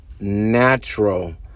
natural